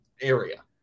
area